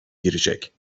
girecek